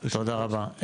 תודה רבה.